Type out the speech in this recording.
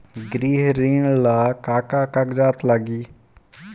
गृह ऋण ला का का कागज लागी?